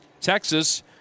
Texas